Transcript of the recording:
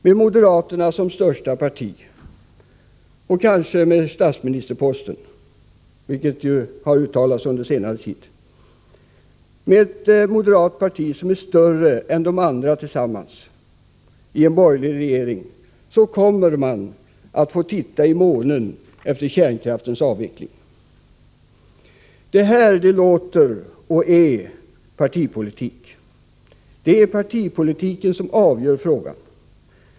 Med moderaterna som största parti — kanske med statsministerposten, såsom har antytts under senare tid, kanske större än de andra tillsammans i en borgerlig regering — kommer vi att få titta i månen efter kärnkraftens avveckling. Det här låter som och är partipolitik. Det är partipolitiken som avgör frågan.